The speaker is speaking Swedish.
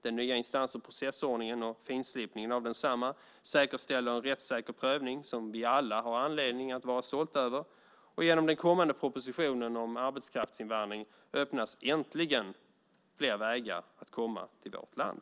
Den nya instans och processordningen och finslipningen av densamma säkerställer en rättssäker prövning som vi alla har anledning att vara stolta över, och genom den kommande propositionen om arbetskraftsinvandring öppnas äntligen fler vägar att komma till vårt land.